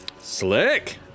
Slick